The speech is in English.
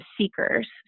seekers